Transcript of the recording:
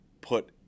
put